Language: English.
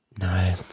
No